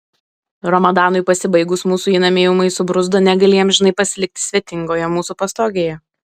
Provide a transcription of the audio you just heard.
ramadanui pasibaigus mūsų įnamiai ūmai subruzdo negalį amžinai pasilikti svetingoje mūsų pastogėje